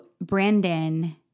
Brandon